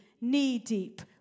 knee-deep